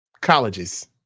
Colleges